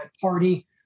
party